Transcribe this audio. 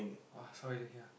oh saw already ya